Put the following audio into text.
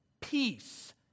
peace